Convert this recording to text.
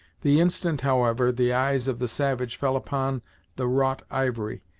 the instant, however, the eyes of the savage fell upon the wrought ivory,